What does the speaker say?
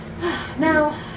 Now